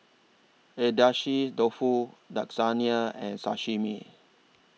Agedashi Dofu Lasagne and Sashimi